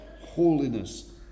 holiness